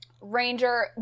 Ranger